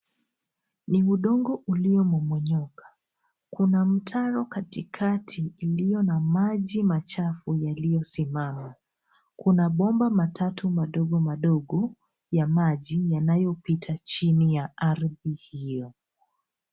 Ni udongo uliomomonyoka kuna mtaro katikati ilio na maji machafu yaliyosimama. Kuna bomba matatu madogo madogo ya maji yanayopita chini ya ardhi hiyo.